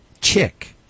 chick